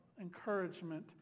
encouragement